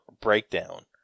breakdown